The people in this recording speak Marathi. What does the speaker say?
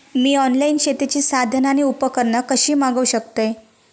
मी ऑनलाईन शेतीची साधना आणि उपकरणा कशी मागव शकतय?